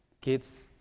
Kids